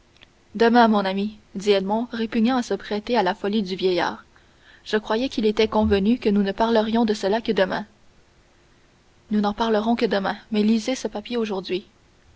demain mon ami dit edmond répugnant à se prêter à la folie du vieillard je croyais qu'il était convenu que nous ne parlerions de cela que demain nous n'en parlerons que demain mais lisez ce papier aujourd'hui